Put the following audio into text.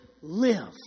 live